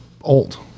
old